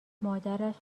مادرش